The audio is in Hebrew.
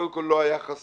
שקודם כול לא היה חסר,